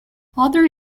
other